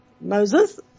Moses